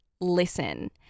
listen